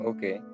Okay